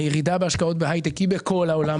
הירידה בהשקעות בהייטק היא בכל העולם,